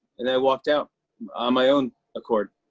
and i walked out on my own accord.